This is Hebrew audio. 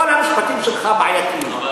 כל המשפטים שלך בעייתיים.